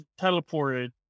teleported